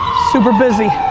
super busy.